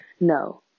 No